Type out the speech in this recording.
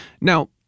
Now